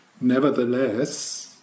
Nevertheless